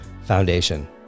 foundation